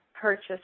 purchase